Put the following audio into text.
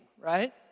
right